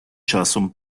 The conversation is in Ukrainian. часом